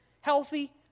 healthy